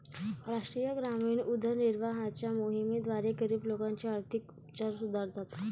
राष्ट्रीय ग्रामीण उदरनिर्वाहाच्या मोहिमेद्वारे, गरीब लोकांचे आर्थिक उपचार सुधारतात